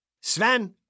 Sven